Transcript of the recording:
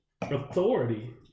authority